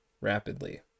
rapidly